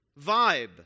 vibe